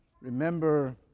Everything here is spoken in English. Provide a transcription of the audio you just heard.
remember